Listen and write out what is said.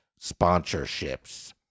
sponsorships